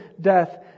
death